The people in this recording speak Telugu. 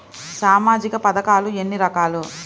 సామాజిక పథకాలు ఎన్ని రకాలు?